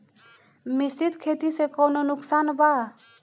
मिश्रित खेती से कौनो नुकसान वा?